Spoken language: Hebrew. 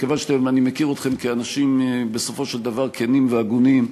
מכיוון שאני מכיר אתכם כאנשים בסופו של דבר כנים והגונים,